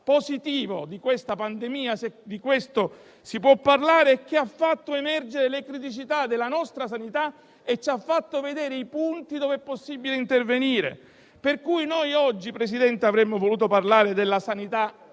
positivo della pandemia - se così si può dire - è che ha fatto emergere le criticità della nostra sanità e ci ha fatto vedere i punti dove è possibile intervenire. Presidente, oggi avremmo voluto parlare della sanità